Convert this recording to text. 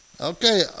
Okay